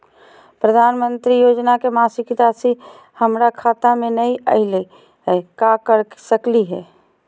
प्रधानमंत्री योजना के मासिक रासि हमरा खाता में नई आइलई हई, का कर सकली हई?